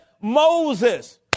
Moses